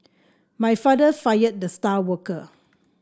my father fired the star worker